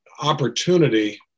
opportunity